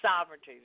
sovereignty